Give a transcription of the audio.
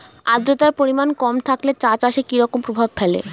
আদ্রতার পরিমাণ কম থাকলে চা চাষে কি রকম প্রভাব ফেলে?